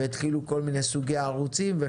והתחילו כל מיני סוגים של ערוצים.